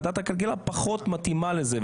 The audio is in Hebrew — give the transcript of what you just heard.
ועדת הכלכלה פחות מתאימה לזה,